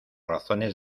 razones